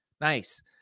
Nice